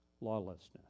lawlessness